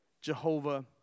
Jehovah